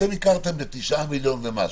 היא 9 מיליון ומשהו,